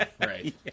right